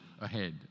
ahead